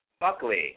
Buckley